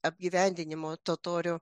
apgyvendinimo totorių